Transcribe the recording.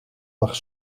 lag